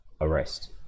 arrest